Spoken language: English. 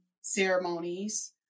ceremonies